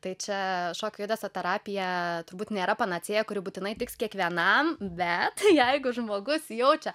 tai čia šokio judesio terapija turbūt nėra panacėja kuri būtinai tiks kiekvienam bet jeigu žmogus jaučia